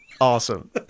Awesome